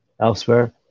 Elsewhere